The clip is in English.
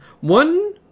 one